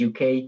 UK